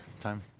time